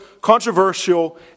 controversial